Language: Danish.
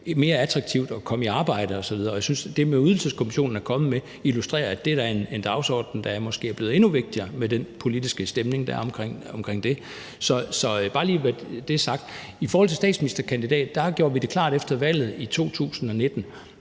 mere attraktivt at komme i arbejde osv. Jeg synes, at det, Ydelseskommissionen er kommet med, illustrerer, at det da er en dagsorden, der måske er blevet endnu vigtigere med den politiske stemning, der er med hensyn til det. Det skal bare lige siges. I forhold til en statsministerkandidat gjorde vi det klart efter valget i 2019,